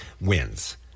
wins